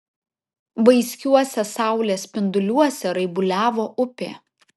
vaiskiuose saulės spinduliuose raibuliavo upė